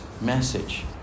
message